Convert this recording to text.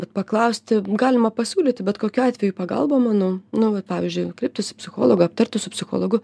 bet paklausti galima pasiūlyti bet kokiu atveju pagalbą manau nu vat pavyzdžiui kreiptis į psichologą aptarti su psichologu